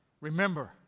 Remember